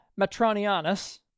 Matronianus